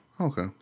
Okay